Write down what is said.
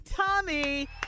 Tommy